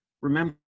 remember